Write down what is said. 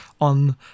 on